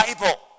Bible